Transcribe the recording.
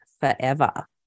forever